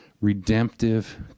redemptive